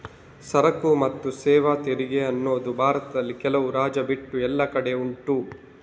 ಸರಕು ಮತ್ತು ಸೇವಾ ತೆರಿಗೆ ಅನ್ನುದು ಭಾರತದಲ್ಲಿ ಕೆಲವು ರಾಜ್ಯ ಬಿಟ್ಟು ಎಲ್ಲ ಕಡೆ ಉಂಟು